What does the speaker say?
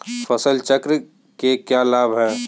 फसल चक्र के क्या लाभ हैं?